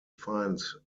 find